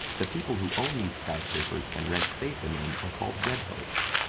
the people who own these skyscrapers and rent space in them are called web hosts,